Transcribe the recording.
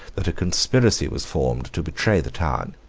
that a conspiracy was formed to betray the town,